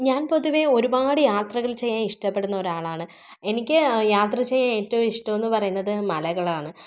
ഞാന് പൊതുവെ ഒരുപാട് യാത്രകള് ചെയ്യാന് ഇഷ്ടപ്പെടുന്ന ഒരാളാണ് എനിക്ക് യാത്ര ചെയ്യാന് ഏറ്റവും ഇഷ്ടമെ ന്ന് പറയുന്നത് മലകളാണ്